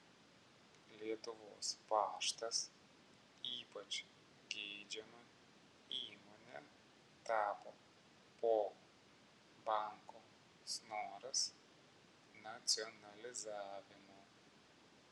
lietuvos paštas ypač geidžiama įmone tapo po banko snoras nacionalizavimo